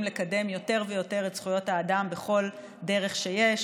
לקדם יותר ויותר את זכויות האדם בכל דרך שיש,